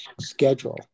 schedule